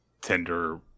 tender